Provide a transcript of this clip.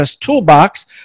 toolbox